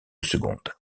secondes